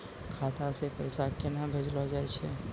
खाता से पैसा केना भेजलो जाय छै?